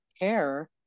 care